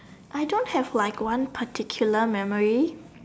I don't have like one particular memory